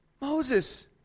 Moses